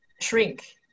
shrink